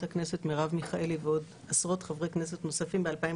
הכנסת מרב מיכאלי ועוד עשרות חברי כנסת נוספים ב-2015,